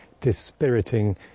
dispiriting